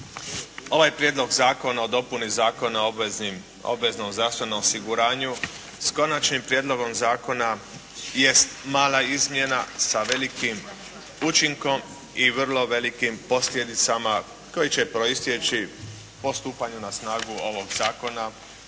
ovaj Prijedlog zakona o dopuni Zakona o obveznom zdravstvenom osiguranju s konačnim prijedlogom zakona jest mala izmjena sa velikim učinkom i vrlo velikim posljedicama koje će proisteći po stupanju na snagu ovog zakona